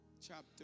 Chapter